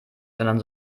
sondern